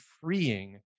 freeing